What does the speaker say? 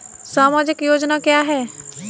सामाजिक योजना क्या है?